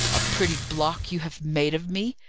a pretty block you have made of me!